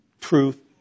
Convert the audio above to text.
truth